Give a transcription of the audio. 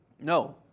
No